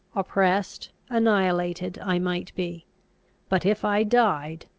oppressed, annihilated i might be but, if i died,